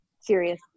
serious